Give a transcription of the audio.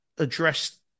address